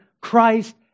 Christ